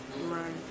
Right